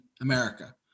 America